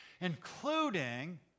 including